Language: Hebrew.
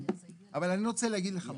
אבל אני רוצה להגיד לך משהו.